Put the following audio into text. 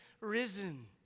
risen